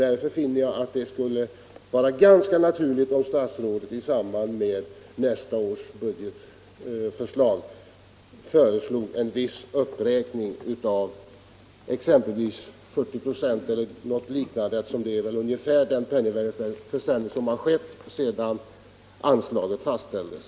Därför finner jag att det skulle vara ganska naturligt om statsrådet i samband med nästa års budget föreslog en viss uppräkning, exempelvis 40 926 — det motsvarar väl ungefär den penningvärdeförsämring som har skett sedan anslaget fastställdes.